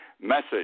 message